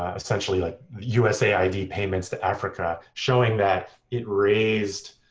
ah essentially like usaid payments to africa, showing that it raised